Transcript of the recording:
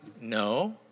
No